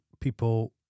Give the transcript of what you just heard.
people